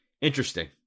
interesting